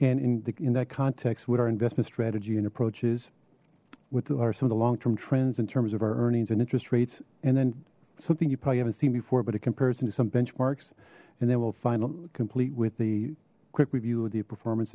and in the in that context what our investment strategy and approach is what are some of the long term trends in terms of our earnings and interest rates and then something you probably haven't seen before but it compares into some benchmarks and then we'll finally complete with the quick review of the performance